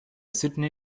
sydney